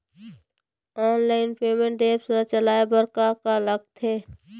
Online payment apps ला चलाए बार का का लगथे?